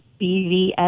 bvs